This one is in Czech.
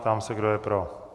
Ptám se, kdo je pro.